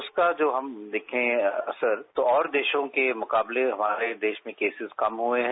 उसको जो हम देखे असर तो और देशों के मुकाबले हमारे देश में केसिस कम हुए है